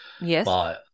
Yes